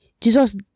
Jesus